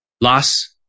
loss